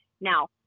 Now